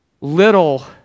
little